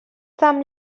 some